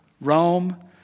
Rome